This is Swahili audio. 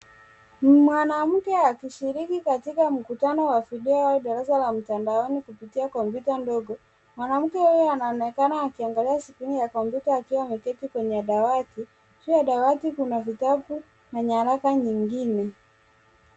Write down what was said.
Mwanamke akishiriki katika mkutano wa video darasa la mtandaoni kupitia kompyuta ndogo. Mwanamke huyo anaonekana akiangalia skrini ya kompyuta akiwa ameketi kwenye dawati. Juu ya dawati kuna vitabu na nyaraka nyingine.